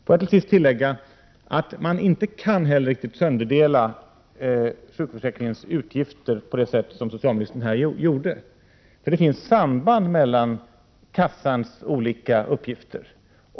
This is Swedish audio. Får jag till sist tillägga att man inte kan helt sönderdela sjukförsäkringens utgifter på det sätt som socialministern nämnde, för det finns ett samband mellan kassans olika uppgifter.